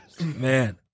man